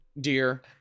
dear